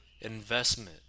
investment